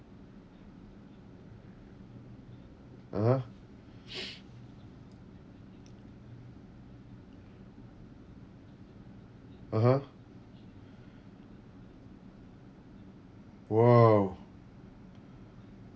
(uh huh) (uh huh) !wow!